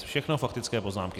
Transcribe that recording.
Všechno faktické poznámky.